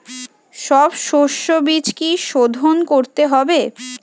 সব শষ্যবীজ কি সোধন করতে হবে?